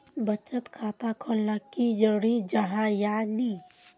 बचत खाता खोलना की जरूरी जाहा या नी?